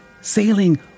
sailing